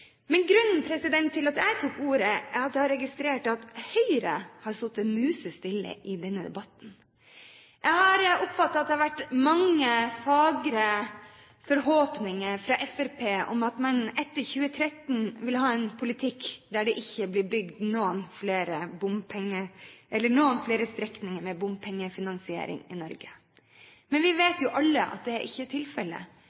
Men grunnen til at jeg tok ordet, er at jeg har registrerte at Høyre har sittet musestille i denne debatten. Jeg har oppfattet at Fremskrittspartiet har hatt mange fagre forhåpninger om at man etter 2013 vil ha en politikk der det ikke blir bygd noen flere strekninger med bompengefinansiering i Norge. Men vi